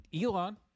elon